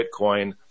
Bitcoin